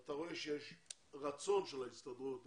אתה רואה שיש רצון של ההסתדרות.